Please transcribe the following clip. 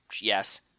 Yes